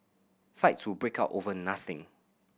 fights would break out over nothing